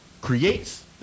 creates